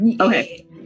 Okay